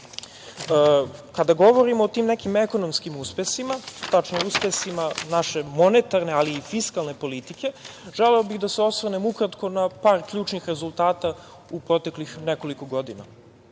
govorimo o tim nekim ekonomskim uspesima, tačnije uspesima naše monetarne i fiskalne politike, želeo bih da se osvrnem ukratko na par ključnih rezultata u proteklih nekoliko godina. Naš